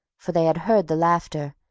for they had heard the laughter,